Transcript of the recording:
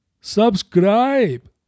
Subscribe